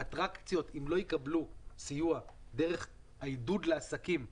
אם האטרקציות לא יקבלו סיוע דרך העידוד לעסקים הכללי,